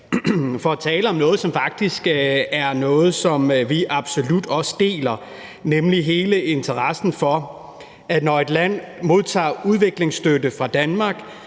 for at tale om noget, som vi absolut også deler, nemlig hele interessen for, at når et land modtager udviklingsstøtte fra Danmark,